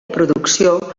producció